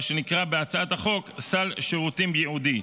מה שנקרא בהצעת החוק "סל שירותים ייעודי",